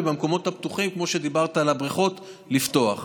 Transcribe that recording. ובמקומות הפתוחים, כמו שדיברת על הבריכות, לפתוח.